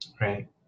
right